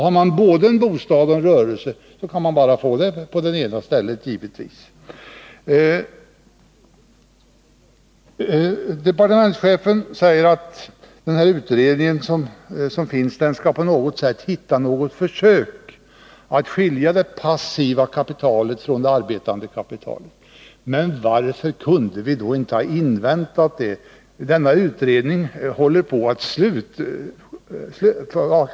Har man både en bostad och en rörelse, kan man bara få lättnaden på det ena stället, givetvis. Departementschefen säger att utredningen på något sätt skall hitta en metod att skilja det passiva kapitalet från det arbetande kapitalet. Men varför kunde vi då inte ha inväntat resultatet av denna utredning, som håller på att arbeta fram en lösning?